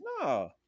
No